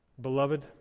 beloved